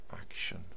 action